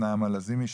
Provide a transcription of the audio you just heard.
נעמה לזימי,